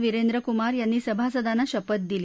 विरेंद्र कुमार यांनी सभादांना शपथ दिली